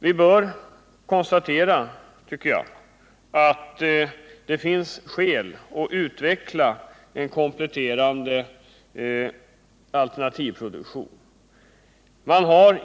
Vi bör konstatera, tycker jag, att det finns skäl att utveckla en kompletterande alternativproduktion.